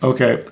Okay